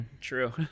true